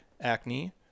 acne